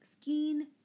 skin